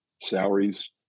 salaries